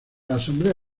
asamblea